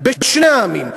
בשני העמים,